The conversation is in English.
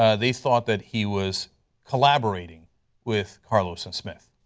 ah they thought that he was collaborating with carlos and smith.